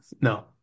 no